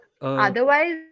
Otherwise